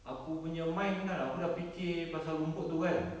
aku punya mind kan aku dah fikir pasal rumput tu kan